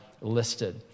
listed